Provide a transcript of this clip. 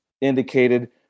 indicated